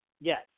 Yes